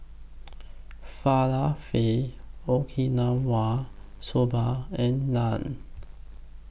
Falafel Okinawa Soba and Naan